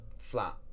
Flat